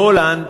בהולנד